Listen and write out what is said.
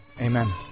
Amen